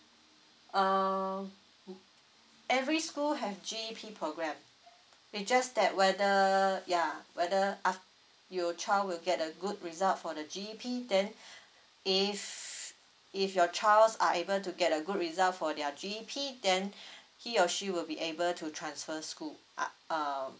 um every school have G_E_P program is just that whether yeah whether af~ you child will get a good result for the G_E_P then if if your child's are able to get a good result for their G_E_P then he or she will be able to transfer school up uh